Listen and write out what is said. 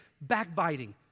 backbiting